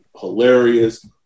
hilarious